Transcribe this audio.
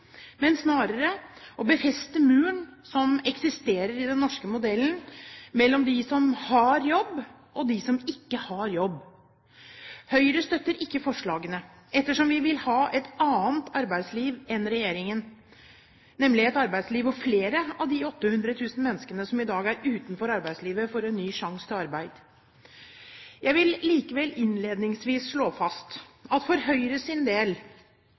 men snarere befester muren som eksisterer i den norske modellen mellom dem som har jobb og dem som ikke har. Høyre støtter ikke forslagene, ettersom vi vil ha et annet arbeidsliv enn regjeringen – nemlig et arbeidsliv hvor flere av de 800 000 menneskene som i dag er utenfor arbeidslivet, får en ny sjanse til arbeid. Jeg vil likevel innledningsvis slå fast at for Høyres del